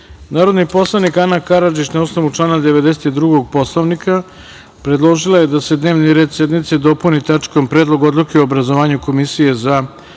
predlog. Narodni poslanik Ana Karadžić, na osnovu člana 92. Poslovnika, predložila je da se dnevni red sednici dopuni tačkom – Predlog odluke o obrazovanju komisije za